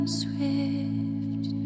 swift